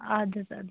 اَدٕ حظ اَدٕ